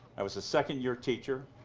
i was a second year teacher,